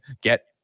get